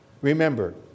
Remember